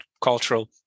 cultural